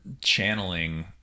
channeling